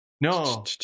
No